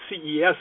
CES